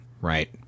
right